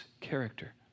character